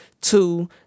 two